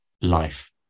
life